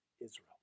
Israel